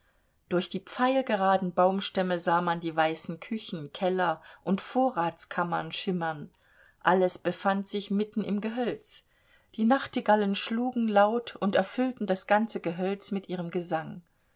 durch die pfeilgeraden baumstämme sah man die weißen küchen keller und vorratskammern schimmern alles befand sich mitten im gehölz die nachtigallen schlugen laut und erfüllten das ganze gehölz mit ihrem gesang